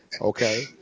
Okay